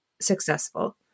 successful